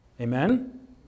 Amen